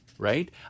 Right